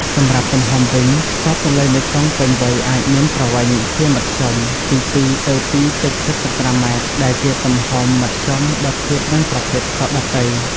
សម្រាប់់ទំហំវិញ ផ្សោតទន្លេមេគង្គពេញវ័យអាចមានប្រវែងជាមធ្យមពី ២ ទៅ ២.៧៥ ម៉ែត្រ ដែលជាទំហំមធ្យមបើធៀបនឹងប្រភេទផ្សោតដទៃ។